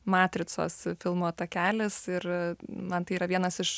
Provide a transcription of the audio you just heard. matricos filmo takelis ir man tai yra vienas iš